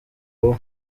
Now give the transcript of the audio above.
wowe